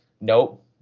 Nope